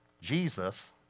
Jesus